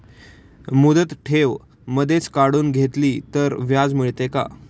मुदत ठेव मधेच काढून घेतली तर व्याज मिळते का?